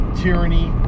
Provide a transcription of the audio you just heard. tyranny